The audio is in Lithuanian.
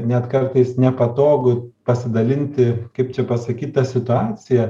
net kartais nepatogu pasidalinti kaip čia pasakyt ta situacija